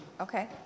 Okay